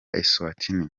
eswatini